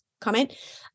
comment